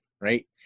Right